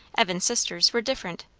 evan's sisters, were different.